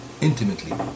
intimately